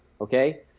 Okay